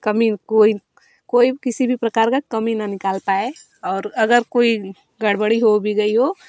कमी कोई कोई किसी भी प्रकार का कमी ना निकाल पाए और अगर कोई गड़बड़ी हो भी गई हो